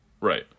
Right